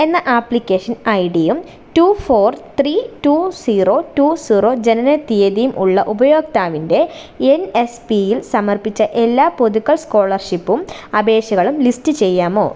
എന്ന ആപ്ലിക്കേഷൻ ഐഡിയും two four three two zero two zero ജനനത്തീയതിം ഉള്ള ഉപയോക്താവിൻ്റെ എൻ എസ് പിയിൽ സമർപ്പിച്ച എല്ലാ പുതുക്കൽ സ്കോളർഷിപ്പും അപേക്ഷകളും ലിസ്റ്റ് ചെയ്യാമോ